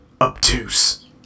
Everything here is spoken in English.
obtuse